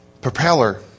propeller